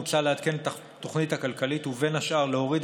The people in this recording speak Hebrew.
מוצע לעדכן את התוכנית הכלכלית ובין השאר להוריד